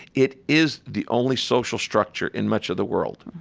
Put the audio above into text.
it is the only social structure in much of the world.